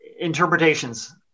interpretations